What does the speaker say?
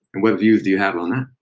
and what views do you have on ah